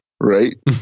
Right